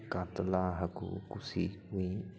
ᱠᱟᱛᱞᱟ ᱦᱟᱹᱠᱩ ᱠᱩᱥᱤ ᱠᱚᱣᱤᱧ